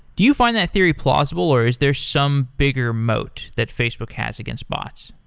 do you find that theory plausible, or is there some bigger mote that facebook has against bots?